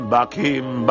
Bakim